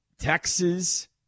Texas